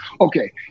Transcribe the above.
Okay